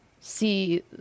see